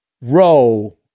row